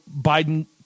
Biden